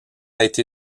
été